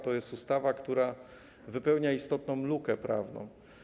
To jest ustawa, która wypełnia istotną lukę prawną.